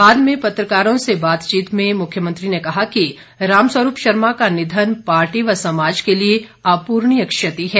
बाद में पत्रकारों से बातचीत में मुख्यमंत्री ने कहा कि रामस्वरूप शर्मा का निधन पार्टी व समाज के लिए अपूर्णीय क्षति है